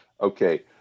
okay